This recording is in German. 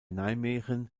nijmegen